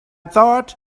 thought